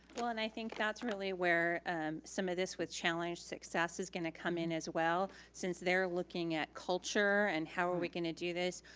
well, and i think that's really where some of this with challenge success is gonna come in as well since they're looking at culture and how are we gonna do this.